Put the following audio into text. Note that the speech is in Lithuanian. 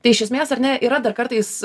tai iš esmės ar ne yra dar kartais